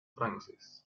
francis